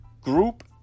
group